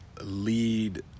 Lead